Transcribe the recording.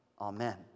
Amen